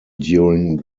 during